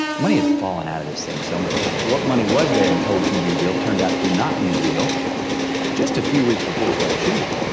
money had fallen out of this thing so many times. what money was there and told to be real turned out to not be real just a few weeks before we started shooting.